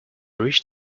reached